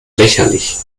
lächerlich